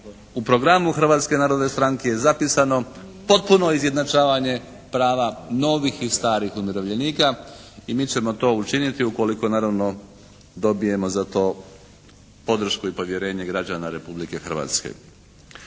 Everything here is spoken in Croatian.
u programu Hrvatske narodne stranke je zapisano potpuno izjednačavanje prava novih i starih umirovljenika i mi ćemo to učiniti ukoliko naravno dobijemo za to podršku i povjerenje građana Republike Hrvatske.